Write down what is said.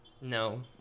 No